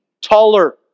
taller